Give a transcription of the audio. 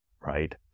right